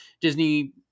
Disney